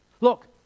Look